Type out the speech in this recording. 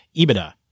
EBITDA